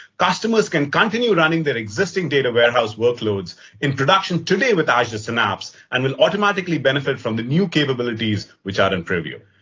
customers can continue running their existing data warehouse workloads in production today with azure synapse, and will automatically benefit from the new capabilities which are in preview.